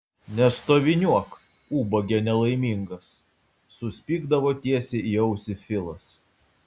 nestoviniuok ubage nelaimingas suspigdavo tiesiai į ausį filas